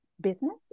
business